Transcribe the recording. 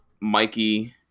Mikey